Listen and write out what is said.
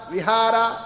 Vihara